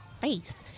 face